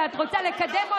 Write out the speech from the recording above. שאת רוצה לקדם,